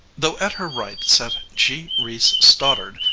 though at her right sat g. reece stoddard,